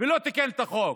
ולא תיקן את החוק.